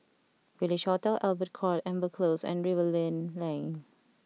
Village Hotel Albert Court Amber Close and Rivervale Lane